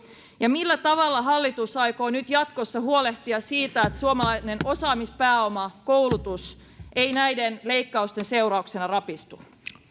ja millä tavalla hallitus aikoo nyt jatkossa huolehtia siitä että suomalainen osaamispääoma koulutus ei näiden leikkausten seurauksena rapistu